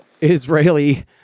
Israeli